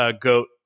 goat